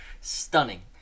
stunning